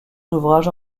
ouvrages